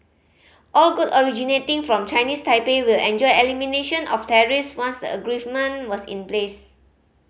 all good originating from Chinese Taipei will enjoy elimination of tariffs once the agreement was in place